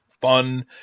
fun